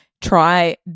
try